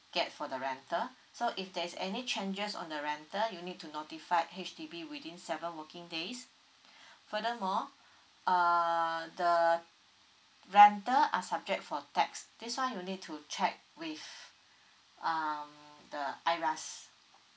get for the rental so if there's any changes on the rental you need to notify H_D_B within seven working days furthermore ah the rental are subject for tax this one you need to check with um the I_R_S